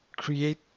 create